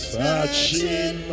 touching